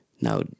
now